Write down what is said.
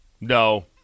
no